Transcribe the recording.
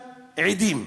עדים: